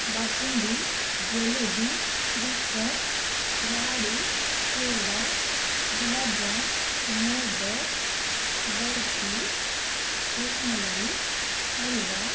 basundi jalebi shrikhand laddu peda gulab jamun modak barfi rasmalai हलवा